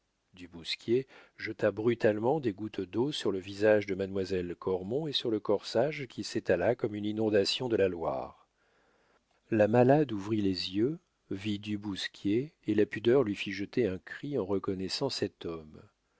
du bousquier jeta brutalement des gouttes d'eau sur le visage de mademoiselle de cormon et sur le corsage qui s'étala comme une inondation de la loire la malade ouvrit les yeux vit du bousquier et la pudeur lui fit jeter un cri en reconnaissant cet homme